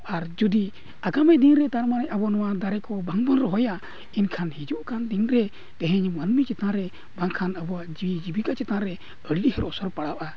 ᱟᱨ ᱡᱩᱫᱤ ᱟᱜᱟᱢᱤ ᱫᱤᱱᱨᱮ ᱛᱟᱨ ᱢᱟᱱᱮ ᱟᱵᱚ ᱱᱚᱣᱟ ᱫᱟᱨᱮ ᱠᱚ ᱵᱟᱝᱵᱚᱱ ᱨᱚᱦᱚᱭᱟ ᱮᱱᱠᱷᱟᱱ ᱦᱤᱡᱩᱜ ᱠᱟᱱ ᱫᱤᱱᱨᱮ ᱛᱮᱦᱮᱧ ᱢᱟᱱᱢᱤ ᱪᱮᱛᱟᱱ ᱨᱮ ᱵᱟᱝᱠᱷᱟᱱ ᱟᱵᱚᱣᱟᱜ ᱡᱤᱣᱤ ᱡᱤᱵᱤᱠᱟ ᱪᱮᱛᱟᱱ ᱨᱮ ᱟᱹᱰᱤ ᱰᱷᱮᱨ ᱚᱥᱚᱨ ᱯᱟᱲᱟᱜᱼᱟ